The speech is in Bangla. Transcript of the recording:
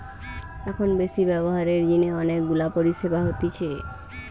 এখন বেশি ব্যবহারের জিনে অনেক গুলা পরিষেবা হতিছে